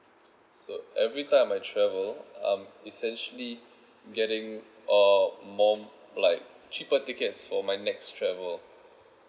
so every time I travel um essentially getting uh more like cheaper tickets for my next travel